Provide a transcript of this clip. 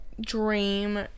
dream